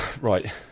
Right